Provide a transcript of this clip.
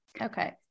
Okay